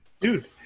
Dude